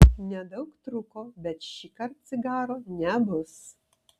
nedaug trūko bet šįkart cigaro nebus